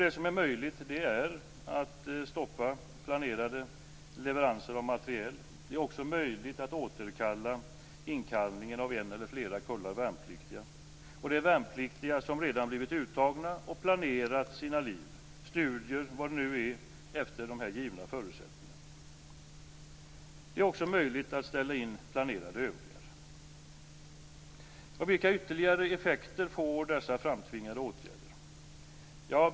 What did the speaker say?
Det som är möjligt, det är att stoppa planerade leveranser av materiel. Det är också möjligt att återkalla inkallningen av en eller flera kullar värnpliktiga, och det gäller värnpliktiga som redan blivit uttagna och planerat sina liv - studier och vad det nu är - efter dessa givna förutsättningar. Det är också möjligt att ställa in planerade övningar. Vilka ytterligare effekter får dessa framtvingade åtgärder?